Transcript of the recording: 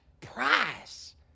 price